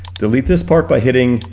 delete this part by hitting,